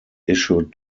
issued